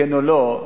כן או לא,